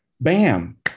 bam